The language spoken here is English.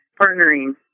partnering